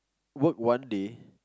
work one day